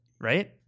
right